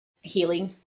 healing